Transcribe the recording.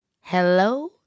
Hello